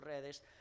redes